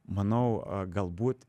manau galbūt